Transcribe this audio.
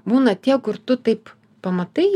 būna tiek kur tu taip pamatai